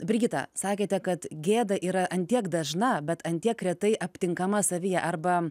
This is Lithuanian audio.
brigita sakėte kad gėda yra ant tiek dažna bet ant tiek retai aptinkama savyje arba